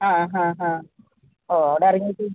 ആ ഹാ ഹാ ഓ അവിടെ ഇറങ്ങിയിട്ട്